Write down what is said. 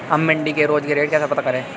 हम मंडी के रोज के रेट कैसे पता करें?